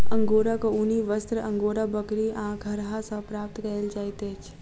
अंगोराक ऊनी वस्त्र अंगोरा बकरी आ खरहा सॅ प्राप्त कयल जाइत अछि